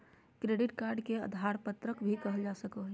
credit card के उधार पत्रक भी कहल जा सको हइ